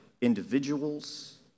individuals